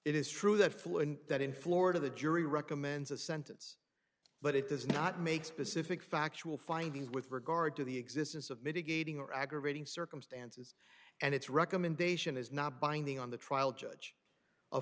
it is true that flow and that in florida the jury recommends a sentence but it does not make specific factual findings with regard to the existence of mitigating or aggravating circumstances and its recommendation is not binding on the trial judge o